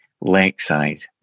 lakeside